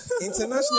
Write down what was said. international